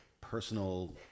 personal